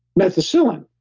methicillin,